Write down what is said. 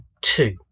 two